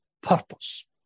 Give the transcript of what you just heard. purpose